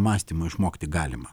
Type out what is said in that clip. mąstymo išmokti galima